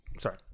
Sorry